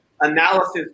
analysis